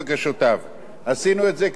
עשינו את זה כדי שהאדם הקטן,